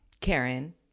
Karen